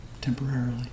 temporarily